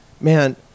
Man